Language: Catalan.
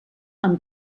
amb